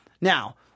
now